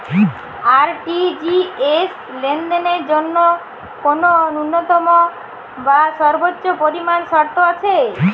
RTGS লেনদেনের জন্য কোন ন্যূনতম বা সর্বোচ্চ পরিমাণ শর্ত আছে?